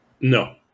No